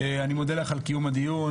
אני מודה לך על קיום הדיון,